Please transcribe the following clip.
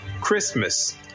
Christmas